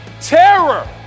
terror